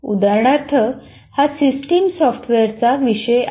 उदाहरणार्थ हा सिस्टम सॉफ्टवेअरचा एक विषय आहे